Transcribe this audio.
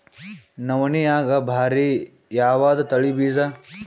ನವಣಿಯಾಗ ಭಾರಿ ಯಾವದ ತಳಿ ಬೀಜ?